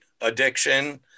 addiction